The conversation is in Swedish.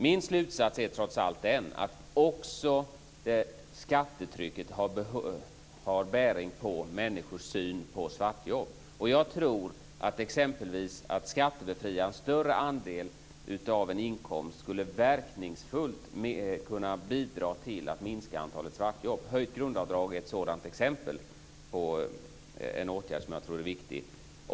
Min slutsats är trots allt den att också skattetrycket har bäring på människors syn på svartjobb. Jag tror exempelvis att en skattebefrielse av en större andel av en inkomst verkningsfullt skulle kunna bidra till att minska antalet svartjobb. Höjt grundavdrag är ett exempel på en sådan åtgärd som jag tror är viktig.